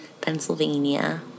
Pennsylvania